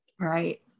Right